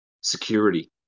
security